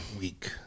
week